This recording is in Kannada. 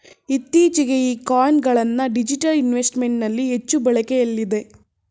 ಇತ್ತೀಚೆಗೆ ಈ ಕಾಯಿನ್ ಗಳನ್ನ ಡಿಜಿಟಲ್ ಇನ್ವೆಸ್ಟ್ಮೆಂಟ್ ನಲ್ಲಿ ಹೆಚ್ಚು ಬಳಕೆಯಲ್ಲಿದೆ